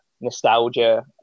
Nostalgia